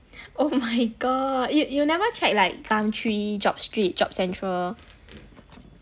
oh my god you you never check like Gumtree JobStreet JobsCentral